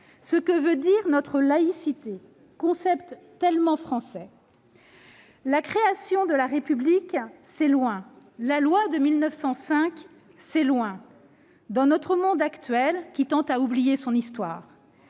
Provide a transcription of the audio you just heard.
ce que signifie notre laïcité, ce concept tellement français. La création de la République et la loi de 1905, cela remonte à loin dans notre monde actuel qui tend à oublier son histoire.